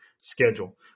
schedule